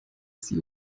sie